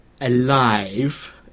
alive